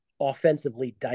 offensively